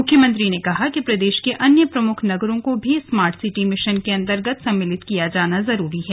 मुख्यमंत्री ने कहा कि प्रदेश के अन्य प्रमुख नगरों को भी स्मार्ट सिटी मिशन के अंतर्गत सम्मिलित किया जाना जरूरी है